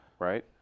Right